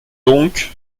doncques